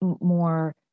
more